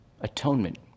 Atonement